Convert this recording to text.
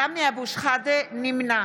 (קוראת בשמות חברי הכנסת) סמי אבו שחאדה, נמנע